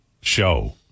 show